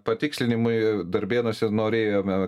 patikslinimai darbėnuose norėjome